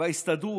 וההסתדרות והאוצר,